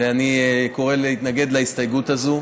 ואני קורא להתנגד להסתייגות הזאת.